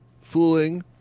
fooling